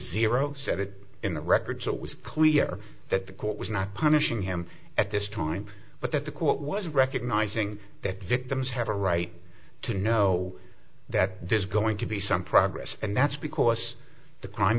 zero set it in the record so it was clear that the court was not punishing him at this time but that the quote was recognizing that victims have a right to know that there's going to be some progress and that's because the crime